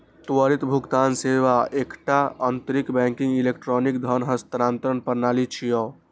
त्वरित भुगतान सेवा एकटा अंतर बैंकिंग इलेक्ट्रॉनिक धन हस्तांतरण प्रणाली छियै